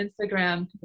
Instagram